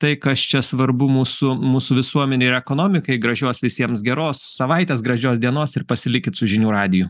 tai kas čia svarbu mūsų mūsų visuomenei ir ekonomikai gražios visiems geros savaitės gražios dienos ir pasilikit su žinių radiju